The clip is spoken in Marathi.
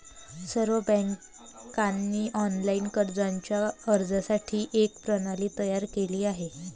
सर्व बँकांनी ऑनलाइन कर्जाच्या अर्जासाठी एक प्रणाली तयार केली आहे